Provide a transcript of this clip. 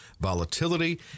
volatility